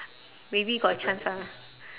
maybe got chance ah